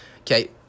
okay